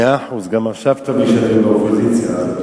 מאה אחוז, גם עכשיו טוב לי כשאתם באופוזיציה.